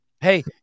Hey